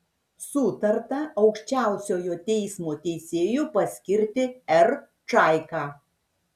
sutarta aukščiausiojo teismo teisėju paskirti r čaiką